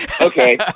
okay